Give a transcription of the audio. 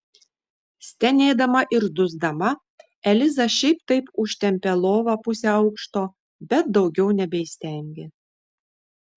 stenėdama ir dusdama eliza šiaip taip užtempė lovą pusę aukšto bet daugiau nebeįstengė